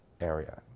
area